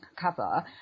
cover